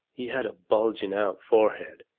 he had a bulging-out forehead,